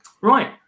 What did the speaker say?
Right